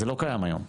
זה לא קיים היום.